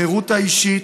החירות האישית,